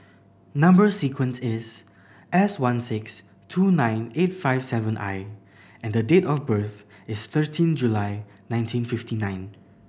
number sequence is S one six two nine eight five seven I and the date of birth is thirteen July nineteen fifty nine